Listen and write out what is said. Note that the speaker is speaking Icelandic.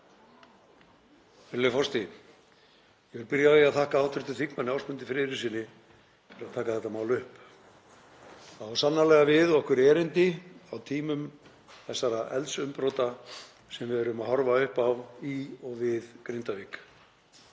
Virðulegi forseti. Ég vil byrja á því að þakka hv. þm. Ásmundi Friðrikssyni fyrir að taka þetta mál upp. Það á sannarlega við okkur erindi á tímum þeirra eldsumbrota sem við erum að horfa upp á í og við Grindavík.